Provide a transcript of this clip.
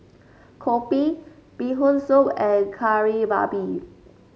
Kopi Bee Hoon Soup and Kari Babi